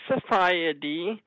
society